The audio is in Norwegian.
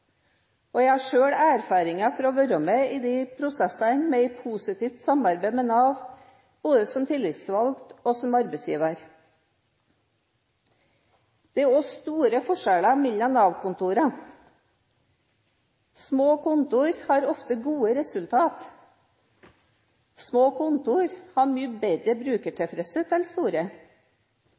Jeg har selv erfaringer fra å være med i de prosessene, med et positivt samarbeid med Nav, både som tillitsvalgt og som arbeidsgiver. Det er også store forskjeller mellom Nav-kontorene. Små kontorer har ofte gode resultater. Små kontorer har mye bedre brukertilfredshet enn store.